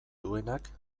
duenak